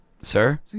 Sir